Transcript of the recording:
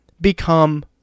become